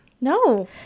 No